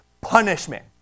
Punishment